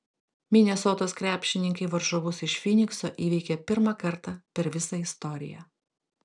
minesotos krepšininkai varžovus iš fynikso įveikė pirmą kartą per visą istoriją